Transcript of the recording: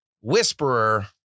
whisperer